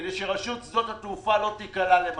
כדי שרשות שדות התעופה לא תיקלע למשבר.